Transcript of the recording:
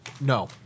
No